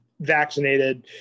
vaccinated